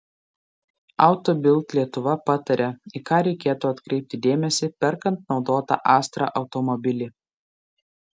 auto bild lietuva pataria į ką reikėtų atkreipti dėmesį perkant naudotą astra automobilį